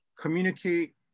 communicate